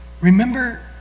remember